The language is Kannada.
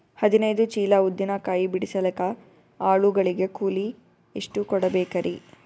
ಹದಿನೈದು ಚೀಲ ಉದ್ದಿನ ಕಾಯಿ ಬಿಡಸಲಿಕ ಆಳು ಗಳಿಗೆ ಕೂಲಿ ಎಷ್ಟು ಕೂಡಬೆಕರೀ?